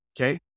okay